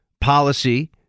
policy